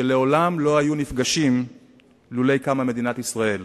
שלעולם לא היו נפגשים לולא קמה מדינת ישראל.